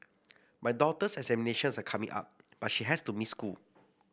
my daughter's examinations are coming up but she has to miss school